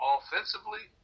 offensively